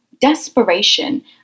desperation